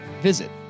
visit